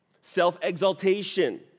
self-exaltation